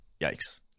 yikes